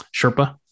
Sherpa